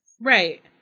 Right